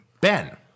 Ben